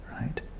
right